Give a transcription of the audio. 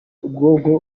ubwonko